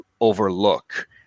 overlook